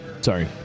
Sorry